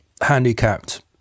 handicapped